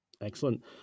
Excellent